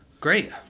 Great